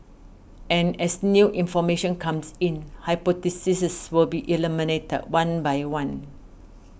and as new information comes in hypotheses will be eliminated one by one